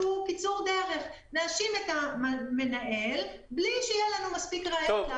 של להאשים את המנהל בלי שיהיו לנו מספיק ראיות".